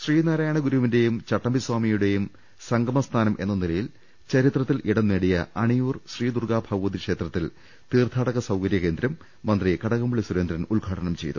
ശ്രീനാരായണഗുരുവിന്റേയും ചട്ടമ്പിസ്വാമിയുടേയും സംഗമ സ്ഥാനം എന്ന നിലയിൽ ചരിത്രത്തിൽ ഇടം നേടിയ അണിയൂർ ശ്രീദൂർഗാ ഭഗവതി ക്ഷേത്രത്തിൽ തീർത്ഥാട്ടക സൌകര്യ കേന്ദ്രം മന്ത്രി കടകംപള്ളി സുരേന്ദ്രൻ ഉദ്ഘാടനം ചെയ്തു